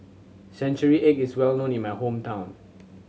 century egg is well known in my hometown